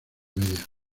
media